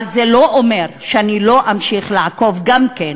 אבל זה לא אומר שאני לא אמשיך לעקוב גם כן